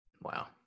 Wow